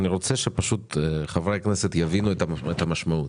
אני רוצה שפשוט חברי הכנסת יבינו את המשמעות.